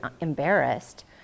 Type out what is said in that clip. embarrassed